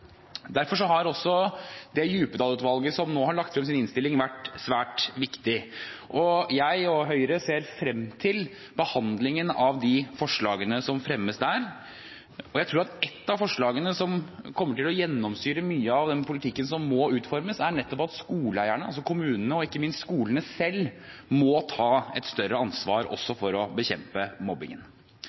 Derfor har også Djupedal-utvalget, som nå har lagt frem sin innstilling, vært svært viktig. Jeg og Høyre ser frem til behandlingen av de forslagene som fremmes der. Jeg tror at ett av forslagene som kommer til å gjennomsyre mye av den politikken som må utformes, er nettopp at skoleeierne, altså kommunene, og ikke minst skolene selv må ta et større ansvar også for å bekjempe mobbingen.